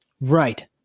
Right